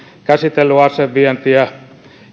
käsitellyt asevientiä